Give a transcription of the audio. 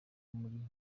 muri